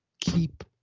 keep